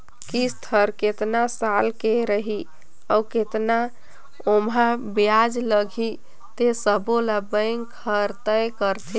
किस्त हर केतना साल के रही अउ केतना ओमहा बियाज लगही ते सबो ल बेंक हर तय करथे